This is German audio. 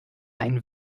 ein